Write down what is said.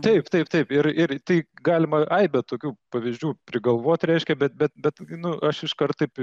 taip taip taip ir ir tai galima aibę tokių pavyzdžių prigalvot reiškia bet bet nu aš iškart taip